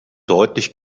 deutlich